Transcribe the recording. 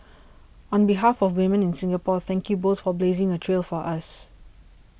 on behalf of women in Singapore thank you both for blazing a trail for us